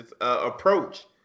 approach